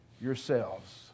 yourselves